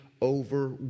over